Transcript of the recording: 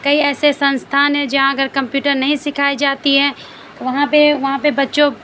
کئی ایسے سنستھان ہیں جہاں اگر کمپیوٹر نہیں سکھائی جاتی ہے وہاں پہ وہاں پہ بچوں